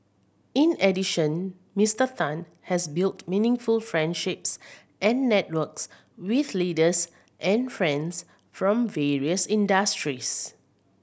in addition Mister Tan has built meaningful friendships and networks with leaders and friends from various industries